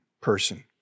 person